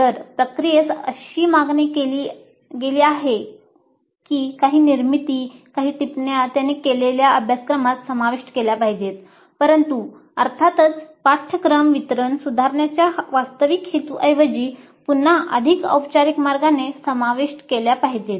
जर प्रक्रियेस अशी मागणी केली गेली आहे की काही निर्मिती काही टिप्पण्या त्यांनी केलेल्या अभ्यासक्रमात समाविष्ट केल्या पाहिजेत परंतु अर्थातच पाठ्यक्रम वितरण सुधारण्याच्या वास्तविक हेतूऐवजी पुन्हा अधिक औपचारिक मार्गाने समाविष्ट केल्या पाहिजेत